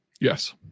Yes